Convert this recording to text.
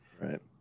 Right